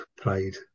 played